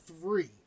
three